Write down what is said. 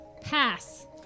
Pass